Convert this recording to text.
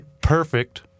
perfect